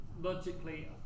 logically